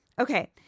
Okay